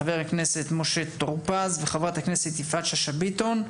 חבר הכנסת משה טור פז וחברת הכנסת יפעת שאשא ביטון.